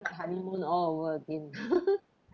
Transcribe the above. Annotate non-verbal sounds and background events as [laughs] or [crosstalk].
like honeymoon all over again [laughs]